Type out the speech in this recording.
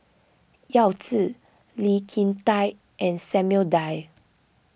Yao Zi Lee Kin Tat and Samuel Dyer